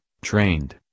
trained